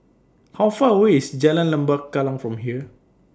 How Far away IS Jalan Lembah Kallang from here